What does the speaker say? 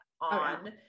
on